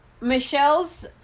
Michelle's